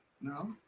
No